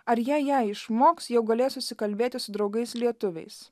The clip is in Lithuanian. ar jei ją išmoks jau galės susikalbėti su draugais lietuviais